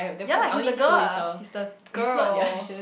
ya lah he is a girl ah he's the girl